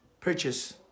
purchase